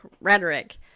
rhetoric